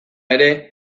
ere